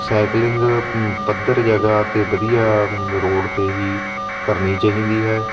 cycling ਪੱਧਰ ਜਗ੍ਹਾ 'ਤੇ ਵਧੀਆ ਰੋਡ 'ਤੇ ਹੀ ਕਰਨੀ ਚਾਹੀਦੀ ਹੈ